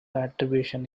attribution